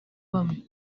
bamwe